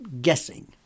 guessing